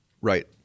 Right